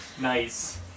Nice